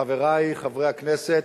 חברי חברי הכנסת,